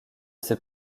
ces